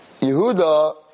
Yehuda